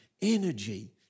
energy